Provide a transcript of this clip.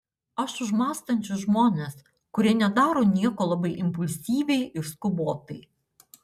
aš už mąstančius žmones kurie nedaro nieko labai impulsyviai ir skubotai